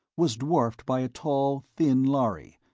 was dwarfed by a tall, thin lhari,